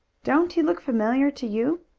don't he look familiar to you?